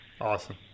Awesome